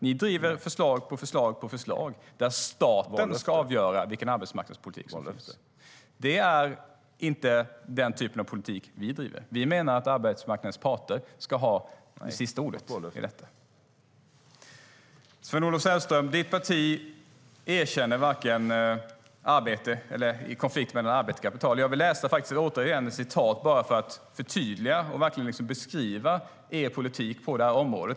Ni driver förslag på förslag där staten ska avgöra vilken arbetsmarknadspolitik som ska finnas. Det är inte den typen av politik vi driver, utan vi menar att arbetsmarknadens parter ska ha det sista ordet i detta. Ditt parti erkänner inte konflikten mellan arbete och kapital, Sven-Olof Sällström. Jag vill återigen läsa upp ett citat, bara för att förtydliga och verkligen beskriva er politik på det här området.